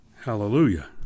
Hallelujah